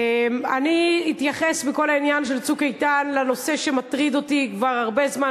אני אתייחס בכל העניין של "צוק איתן" לנושא שמטריד אותי כבר הרבה זמן,